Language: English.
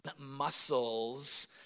muscles